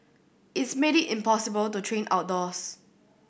it's made it impossible to train outdoors